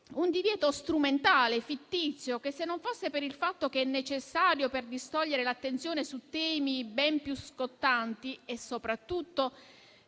un divieto strumentale, fittizio che, se non fosse per il fatto che è necessario per distogliere l'attenzione su temi ben più scottanti e soprattutto